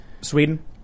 Sweden